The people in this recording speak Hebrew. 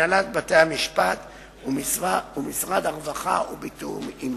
הנהלת בתי-המשפט ומשרד הרווחה ובתיאום עמם.